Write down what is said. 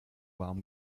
warm